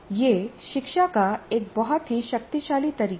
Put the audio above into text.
यह शिक्षा का एक बहुत ही शक्तिशाली तरीका है